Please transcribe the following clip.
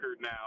now